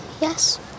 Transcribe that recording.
yes